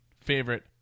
Favorite